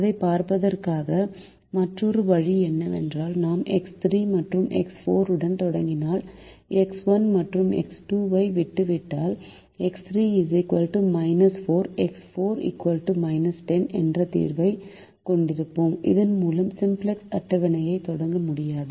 அதைப் பார்ப்பதற்கான மற்றொரு வழி என்னவென்றால் நாம் எக்ஸ் 3 மற்றும் எக்ஸ் 4 உடன் தொடங்கினால் எக்ஸ் 1 மற்றும் எக்ஸ் 2 ஐ விட்டுவிட்டால் எக்ஸ் 3 4 எக்ஸ் 4 10 என்ற தீர்வைக் கொண்டிருப்போம் இதன் மூலம் சிம்ப்ளக்ஸ் அட்டவணையைத் தொடங்க முடியாது